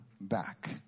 back